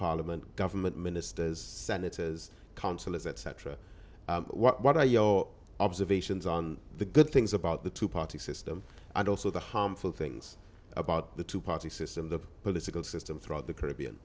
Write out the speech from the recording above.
parliament government ministers senators councillors etc what are your observations on the good things about the two party system and also the harmful things about the two party system the political system throughout the caribbean